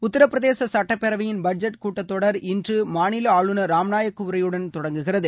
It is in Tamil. உத்தரபிரதேச சுட்டப்பேரவையின் பட்ஜெட் கூட்டத்தொடர் இன்று மாநில ஆளுநர் ராம்நாயக் உரையுடன் தொடங்குகிறது